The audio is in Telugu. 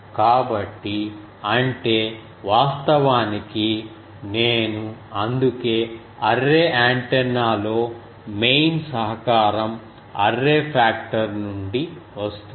కాబట్టి అంటే వాస్తవానికి నేను అందుకే అర్రే యాంటెన్నాలో మెయిన్ సహకారం అర్రే పాక్టర్ నుండి వస్తుంది